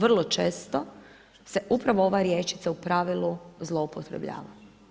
Vrlo često se upravo ova rječica „u pravilu“ zloupotrebljava.